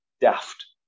daft